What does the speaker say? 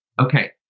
Okay